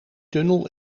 tunnel